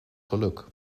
geluk